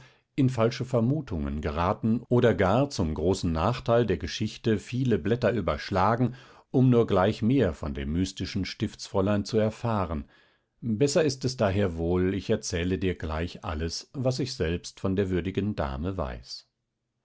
in falsche vermutungen geraten oder gar zum großen nachteil der geschichte viele blätter überschlagen um nur gleich mehr von dem mystischen stiftsfräulein zu erfahren besser ist es daher wohl ich erzähle dir gleich alles was ich selbst von der würdigen dame weiß